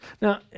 Now